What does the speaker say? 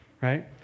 right